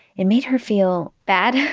it made her feel. bad,